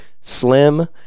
Slim